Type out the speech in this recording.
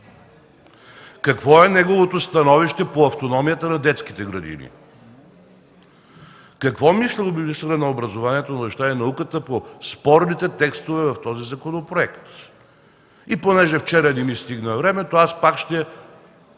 Какво е неговото становище по автономията на детските градини? Какво мисли министърът на образованието, младежта и науката по спорните текстове в законопроекта? Понеже вчера не ми стигна времето, пак ще